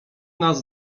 nas